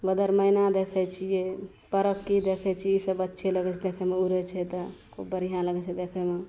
मगरमैना देखै छिए पड़ोक्की देखै छिए ईसब अच्छे लगै छै देखैमे उड़ै छै तऽ खूब बढ़िआँ लगै छै देखैमे